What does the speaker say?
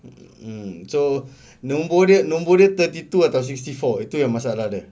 mm so nombor dia nombor dia thirty two atau sixty four itu yang masalah dia